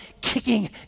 kicking